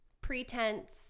pretense